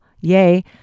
Yay